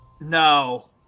No